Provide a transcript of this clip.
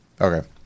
Okay